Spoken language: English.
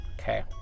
Okay